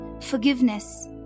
Forgiveness